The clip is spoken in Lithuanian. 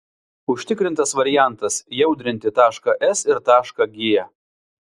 užtikrintas variantas jaudrinti tašką s ir tašką g